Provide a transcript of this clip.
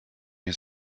his